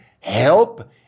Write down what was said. Help